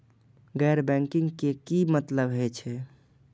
गैर बैंकिंग के की मतलब हे छे?